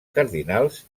cardinals